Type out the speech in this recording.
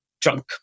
drunk